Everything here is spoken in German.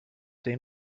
den